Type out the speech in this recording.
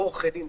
לא עורכי דין,